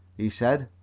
he said.